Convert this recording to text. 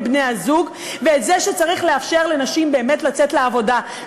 בני-הזוג ואת זה שצריך לאפשר באמת לנשים לצאת לעבודה,